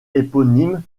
éponyme